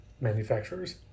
manufacturers